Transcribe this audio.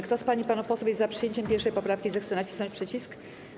Kto z pań i panów posłów jest za przyjęciem 1. poprawki, zechce nacisnąć przycisk.